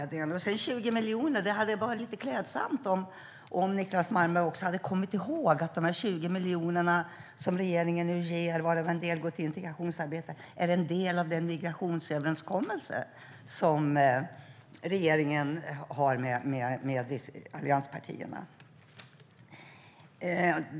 Det hade varit lite klädsamt om Niclas Malmberg också hade kommit ihåg att de 20 miljoner som regeringen nu ger, varav en del går till integrationsarbete, är en del av den migrationsöverenskommelse som regeringen har med allianspartierna.